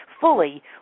fully